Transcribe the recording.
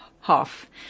half